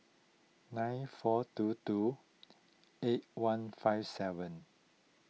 nine four two two eight one five seven